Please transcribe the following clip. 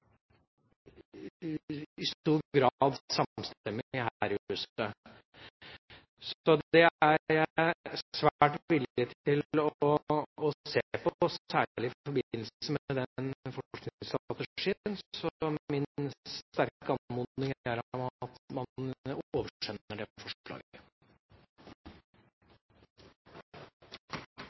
i stor grad samstemmig, her i huset. Det er jeg svært villig til å se på, særlig i forbindelse med den forskningsstrategien. Så min sterke anmodning er at man oversender det forslaget.